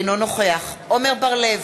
אינו נוכח עמר בר-לב,